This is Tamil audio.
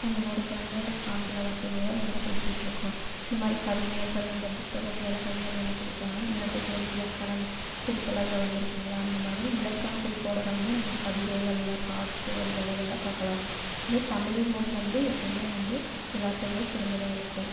தமிழோட இலக்கணம் வந்து ஆங்கில வார்த்தைகளைதான் நம்மெலாம் பேசிகிட்டுருக்கோம் இது மாதிரி கவிஞர்கள் அந்த புத்தகத்திலெலாம் கவிஞர்கள் என்ன சொல்லியிருக்காங்கனா அந்த இரட்டைக்கிளவி இலக்கணம் குறிப்பெலாம் அதில் வந்திருக்கும்ல அந்தமாதிரி இலக்கணக் குறிப்போடு வந்து கவிதைகளில் பாட்டு வரிகளில் இதெல்லாம் பார்க்கலாம் இந்த தமிழ் மொழி வந்து எப்பவுமே வந்து எல்லாத்தைவிட சிறந்ததாக இருக்கும்